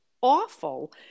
awful